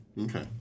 Okay